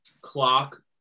clock